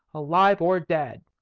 alive or dead!